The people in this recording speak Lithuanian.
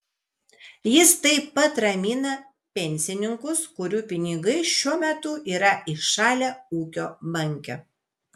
jis taip pat ramina pensininkus kurių pinigai šiuo metu yra įšalę ūkio banke